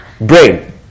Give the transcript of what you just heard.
brain